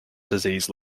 disease